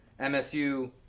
MSU